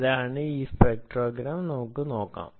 അതിനാൽ ഇതാണ് സ്പെക്ട്രോഗ്രാം നമുക്ക് നോക്കാം